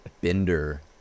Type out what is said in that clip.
bender